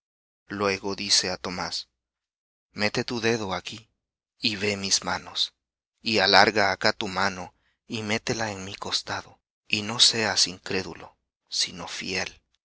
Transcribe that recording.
luego dice á tomás mete tu dedo aquí y ve mis manos y alarga acá tu mano y métela en mi costado y no seas incrédulo sino fiel